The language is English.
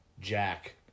Jack